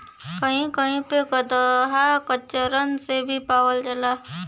कही कही पे गदहा खच्चरन से भी पावल जाला